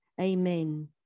amen